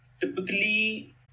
typically